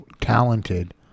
talented